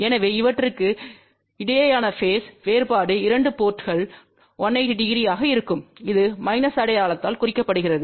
எனவே இவற்றுக்கு இடையேயான பேஸ் வேறுபாடு 2 போர்ட்ங்கள் 1800 ஆக இருக்கும்இது மைனஸ் அடையாளத்தால் குறிக்கப்படுகிறது